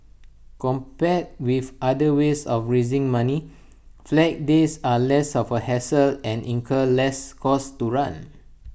compared with other ways of raising money Flag Days are less of hassle and incur less cost to run